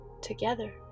together